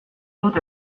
dut